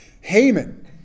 Haman